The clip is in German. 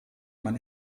mein